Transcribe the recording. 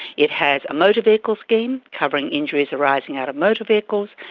it has a motor vehicle scheme covering injuries arising out of motor vehicles,